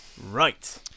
Right